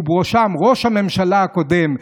ובראשם ראש הממשלה הקודם,